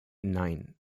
nein